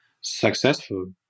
successful